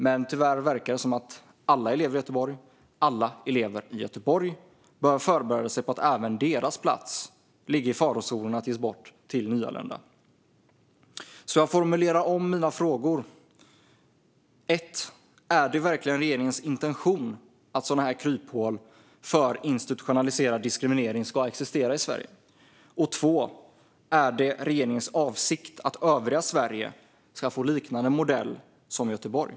Men tyvärr verkar det som att alla elever i Göteborg bör förbereda sig på att även deras platser ligger i farozonen att ges bort till nyanlända. Jag formulerar därför om mina frågor: Är det verkligen regeringens intention att sådana här kryphål för institutionaliserad diskriminering ska existera i Sverige? Är det regeringens avsikt att övriga Sverige ska få en liknande modell som den i Göteborg?